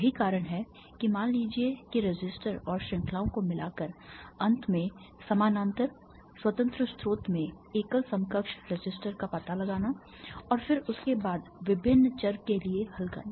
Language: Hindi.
यही कारण है कि मान लीजिए कि रेसिस्टर और श्रृंखलाओं को मिलाकर अंत में समानांतर स्वतंत्र स्रोत में एकल समकक्ष रेसिस्टर का पता लगाना और फिर उसके बाद विभिन्न चर के लिए हल करना